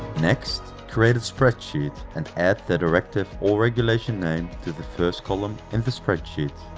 next create a spreadsheet and add the directive or regulation name to the first column in the spreadsheet